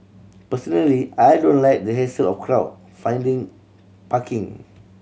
personally I don't like the hassle of crowd finding parking